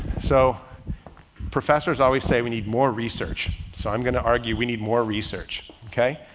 so professors always say we need more research, so i'm going to argue we need more research. okay,